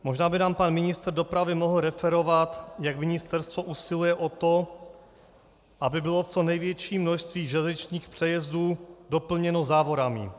Možná by nám pan ministr dopravy mohl referovat, jak ministerstvo usiluje o to, aby bylo co největší množství železničních přejezdů doplněno závorami.